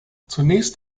zunächst